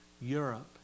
Europe